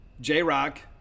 J-Rock